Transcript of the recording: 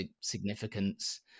significance